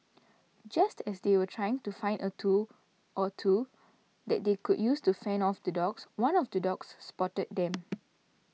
just as they were trying to find a tool or two that they could use to fend off the dogs one of the dogs spotted them